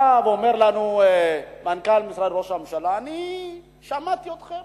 בא ואומר לנו מנכ"ל משרד ראש הממשלה: אני שמעתי אתכם